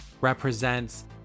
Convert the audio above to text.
represents